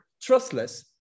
trustless